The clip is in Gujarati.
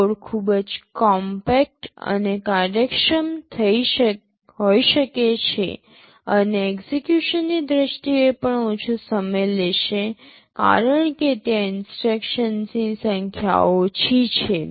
કોડ ખૂબ જ કોમ્પેક્ટ અને કાર્યક્ષમ હોઈ શકે છે અને એક્સેકયુશનની દ્રષ્ટિએ પણ સમય ઓછો લેશે કારણ કે ત્યાં ઇન્સટ્રક્શન્સ ની સંખ્યા ઓછી છે